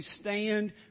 stand